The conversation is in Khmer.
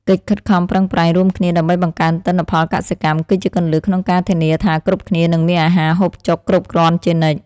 កិច្ចខិតខំប្រឹងប្រែងរួមគ្នាដើម្បីបង្កើនទិន្នផលកសិកម្ម គឺជាគន្លឹះក្នុងការធានាថាគ្រប់គ្នានឹងមានអាហារហូបចុកគ្រប់គ្រាន់ជានិច្ច។